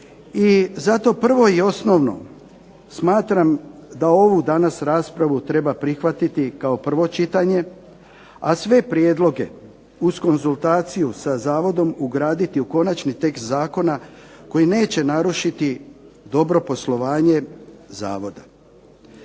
zato prvo i osnovno, smatram da ovu danas raspravu treba prihvatiti kao prvo čitanje, a sve prijedloge uz konzultaciju sa zavodom ugraditi u Konačni tekst zakona koji neće narušiti dobro poslovanje Zavoda.